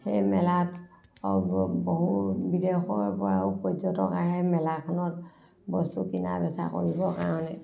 সেই মেলাত বহুত বিদেশৰ পৰাও পৰ্যটক আহে মেলাখনত বস্তু কিনা বেচা কৰিবৰ কাৰণে